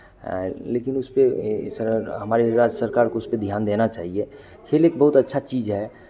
लेकिन उस पे ई सब हमारे राज सरकार को उस पे ध्यान देना चाहिए खेल एक बहुत अच्छा चीज़ है